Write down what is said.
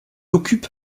occupe